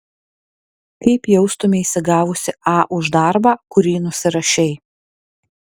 kaip jaustumeisi gavusi a už darbą kurį nusirašei